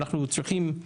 אנחנו צריכים,